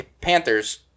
Panthers